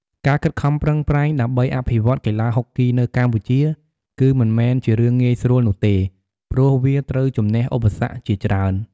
ការខិតខំប្រឹងប្រែងដើម្បីអភិវឌ្ឍកីឡាហុកគីនៅកម្ពុជា គឺមិនមែនជារឿងងាយស្រួលនោះទេ ព្រោះវាត្រូវជម្នះឧបសគ្គជាច្រើន។